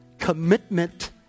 commitment